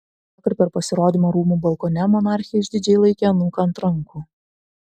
vakar per pasirodymą rūmų balkone monarchė išdidžiai laikė anūką ant rankų